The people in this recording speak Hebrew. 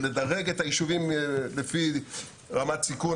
לדרג את היישובים לפי רמת סיכון,